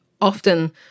often